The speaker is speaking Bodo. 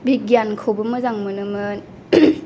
बिगियानखौबो मोजां मोनोमोन